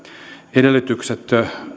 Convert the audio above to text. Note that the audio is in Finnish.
edellytykset